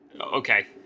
Okay